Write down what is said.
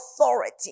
authority